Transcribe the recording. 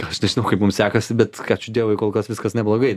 aš nežinau kaip mum sekasi bet ačiū dievui kol kas viskas neblogai